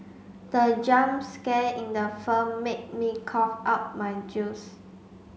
the jump scare in the film made me cough out my juice